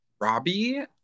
robbie